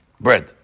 bread